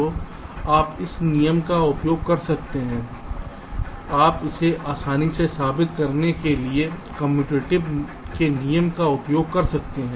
तो आप इस नियम का उपयोग कर सकते हैं आप इसे आसानी से साबित करने के लिए कम्यूटेटिव के नियम का उपयोग कर सकते हैं